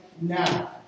now